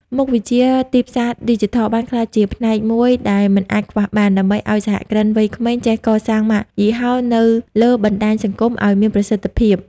មុខវិជ្ជា "ទីផ្សារឌីជីថល" បានក្លាយជាផ្នែកមួយដែលមិនអាចខ្វះបាន ដើម្បីឱ្យសហគ្រិនវ័យក្មេងចេះកសាងម៉ាកយីហោនៅលើបណ្ដាញសង្គមឱ្យមានប្រសិទ្ធភាព។